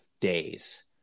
days